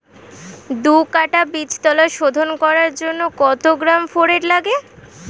দু কাটা বীজতলা শোধন করার জন্য কত গ্রাম ফোরেট লাগে?